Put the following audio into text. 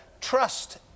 trust